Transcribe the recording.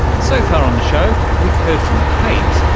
so far on the show we've heard from kate,